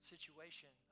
Situation